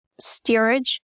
Steerage